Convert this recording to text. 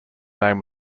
name